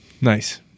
nice